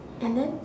and then